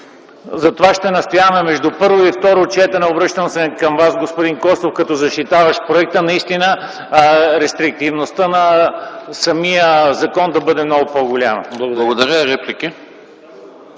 Затова ще настояваме между първо и второ четене, обръщам се към Вас господин Костов, като защитаващ проекта, наистина рестриктивността на самия закон да бъде много по-голяма. Благодаря ви.